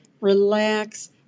relax